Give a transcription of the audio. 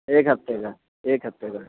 ایک ہفتے کا ایک ہفتے کا